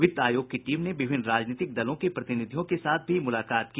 वित्त आयोग की टीम ने विभिन्न राजनीतिक दलों के प्रतिनिधियों के साथ भी मुलाकात की